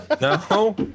No